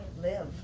Live